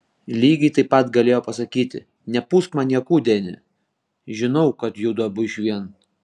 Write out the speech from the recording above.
lygiai taip galėjo pasakyti nepūsk man niekų deni žinau kad judu abu išvien